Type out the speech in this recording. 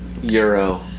Euro